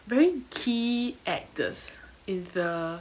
very key actors in the